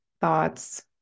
thoughts